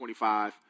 25